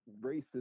racist